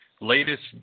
Latest